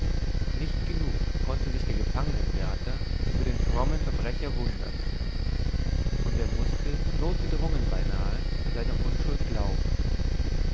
nicht genug konnte sich der gefangenwärter über den frommen verbrecher wundern und er mußte notgedrungen beinahe an seine unschuld glauben